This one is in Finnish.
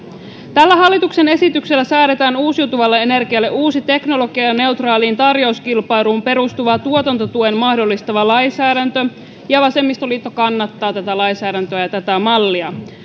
tällä hallituksen esityksellä säädetään uusiutuvalle energialle uusi teknologianeutraaliin tarjouskilpailuun perustuvan tuotantotuen mahdollistava lainsäädäntö ja vasemmistoliitto kannattaa tätä lainsäädäntöä ja tätä mallia